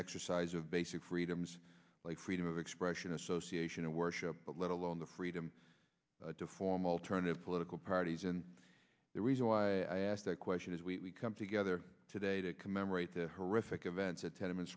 exercise of basic freedoms like freedom of expression association of worship but let alone the freedom to form alternative political parties and the reason why i asked that question is we come together today to commemorate the horrific events at tenement